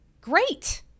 great